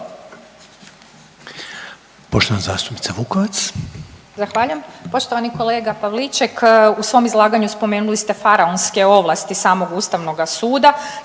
Poštovana zastupnica Vukovac.